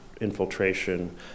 infiltration